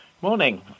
Morning